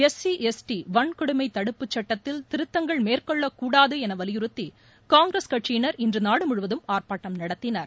SC ST வன்கொடுமை தடுப்புச் சுட்டத்தில் திருத்தங்கள் மேற்கொள்ளக் கூடாது என வலியுறுத்தி காங்கிரஸ் கட்சியினர் இன்று நாடு முழுவதும் ஆர்ப்பாட்டம் நடத்தினர்